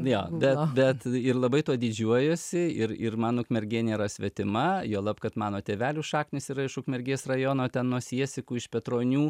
jo bet bet ir labai tuo didžiuojuosi ir ir man ukmergė nėra svetima juolab kad mano tėvelių šaknys yra iš ukmergės rajono ten nuo siesikų iš petronių